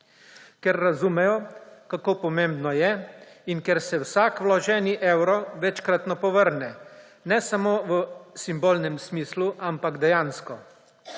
ker razumejo, kako pomembno je, in ker se vsak vloženi evro večkratno povrne, ne samo v simbolnem smislu, ampak dejansko.